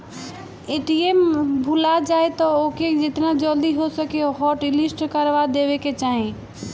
ATM भूला जाए तअ ओके जेतना जल्दी हो सके हॉटलिस्ट करवा देवे के चाही